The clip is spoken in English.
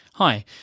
Hi